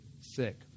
sick